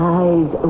eyes